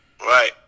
Right